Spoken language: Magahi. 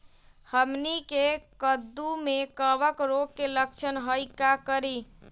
हमनी के कददु में कवक रोग के लक्षण हई का करी?